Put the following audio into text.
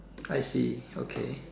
I see okay